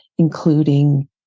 including